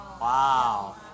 Wow